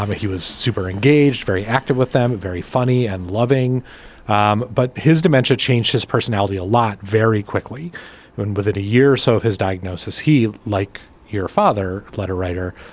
um he was super engaged very active with them very funny and loving um but his dementia changed his personality a lot very quickly and within a year or so of his diagnosis he like your father letter writer.